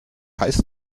heißt